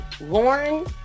Lauren